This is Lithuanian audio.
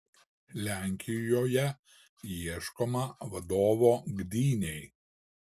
lenkijoje ieškoma vadovo gdynei